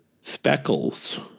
speckles